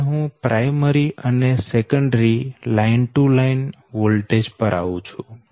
હવે હું પ્રાયમરી અને સેકન્ડરી લાઈન થી લાઈન વોલ્ટેજ પર આવું છું